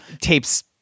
tapes